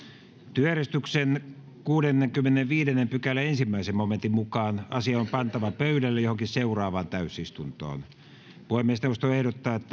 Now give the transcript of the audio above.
työjärjestyksen kuudennenkymmenennenviidennen pykälän ensimmäisen momentin mukaan asia on pantava pöydälle johonkin seuraavaan täysistuntoon puhemiesneuvosto ehdottaa että